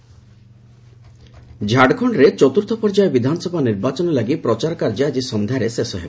Jharkhand campaigning ଝାଡ଼ଖଣ୍ଡରେ ଚତୁର୍ଥ ପର୍ଯ୍ୟାୟ ବିଧାନସଭା ନିର୍ବାଚନ ଲାଗି ପ୍ରଚାର କାର୍ଯ୍ୟ ଆଜି ସନ୍ଧ୍ୟାରେ ଶେଷ ହେବ